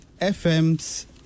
FM's